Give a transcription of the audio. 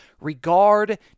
regard